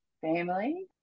family